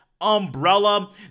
umbrella